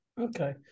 Okay